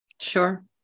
Sure